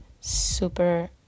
super